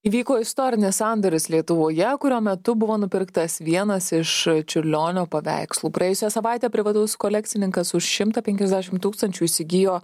įvyko istorinis sandoris lietuvoje kurio metu buvo nupirktas vienas iš čiurlionio paveikslų praėjusią savaitę privatus kolekcininkas už šimtą penkiasdešim tūkstančių įsigijo